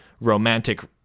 romantic